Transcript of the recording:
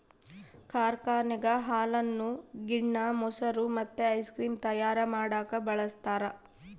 ಕಾರ್ಖಾನೆಗ ಹಾಲನ್ನು ಗಿಣ್ಣ, ಮೊಸರು ಮತ್ತೆ ಐಸ್ ಕ್ರೀಮ್ ತಯಾರ ಮಾಡಕ ಬಳಸ್ತಾರ